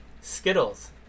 Skittles